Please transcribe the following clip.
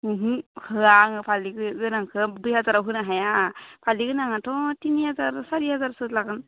ओमहो होया आङो फालिखो गोनांखौ दुइ हाजाराव होनो हाया फालि गोनाङाथ' थिनि हाजार सारि हाजारसो लागोन